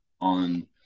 on